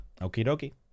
okie-dokie